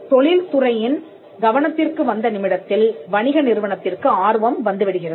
தொழில்துறையின் கவனத்திற்கு வந்த நிமிடத்தில் வணிக நிறுவனத்திற்கு ஆர்வம் வந்து விடுகிறது